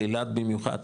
באלעד במיוחד,